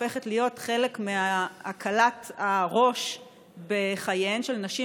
הופכת להיות חלק מהקלת הראש בחייהן של נשים,